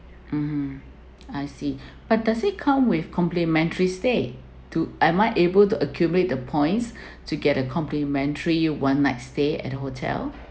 mmhmm I see but does it come with complimentary stay to I might able to accumulate the points to get a complimentary one night stay at the hotel